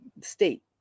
state